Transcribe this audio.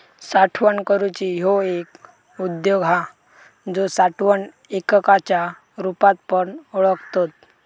साठवण करूची ह्यो एक उद्योग हा जो साठवण एककाच्या रुपात पण ओळखतत